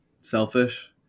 selfish